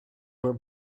were